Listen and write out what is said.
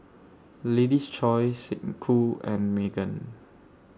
Lady's Choice Snek Ku and Megan